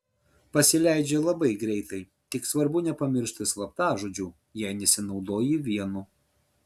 pasileidžia labai greitai tik svarbu nepamiršti slaptažodžių jei nesinaudoji vienu